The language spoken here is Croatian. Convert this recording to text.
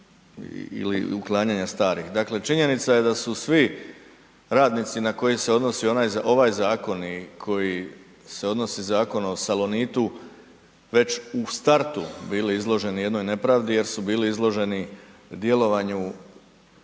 ili uklanjanja starih. Dakle činjenica je da su svi radnici na koje se odnosi ovaj zakon i koji se odnosi Zakon o salonitu, već u startu bili izloženi jednoj nepravdi jer su bili izloženi djelovanju